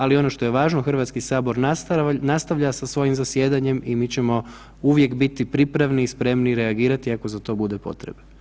Ali ono što je važno, Hrvatska sabor nastavlja sa svojim zasjedanjem i mi ćemo uvijek biti pripravni i spremni reagirati ako za to bude potrebe.